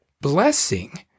blessing